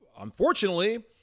unfortunately